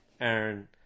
Aaron